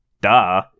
Duh